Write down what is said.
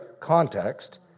context